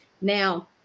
Now